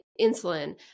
insulin